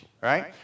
right